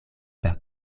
per